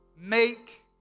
make